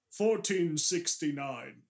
1469